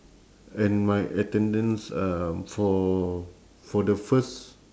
and my attendance um for for the first